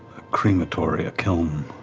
crematory, a kiln